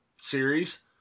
series